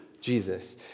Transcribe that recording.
Jesus